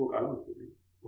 professor G